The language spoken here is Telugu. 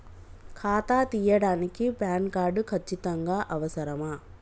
ఖాతా తీయడానికి ప్యాన్ కార్డు ఖచ్చితంగా అవసరమా?